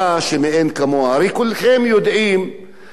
הרי כולכם יודעים שהאוכלוסייה הערבית,